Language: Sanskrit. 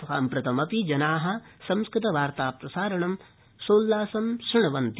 साम्प्रमपि जना संस्कृतवार्ता प्रसारणं सोल्लासं श्रृण्वन्ति